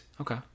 Okay